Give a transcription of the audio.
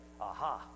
aha